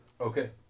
Okay